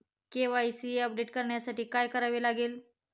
KYC update करण्यासाठी काय करावे लागेल?